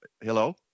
hello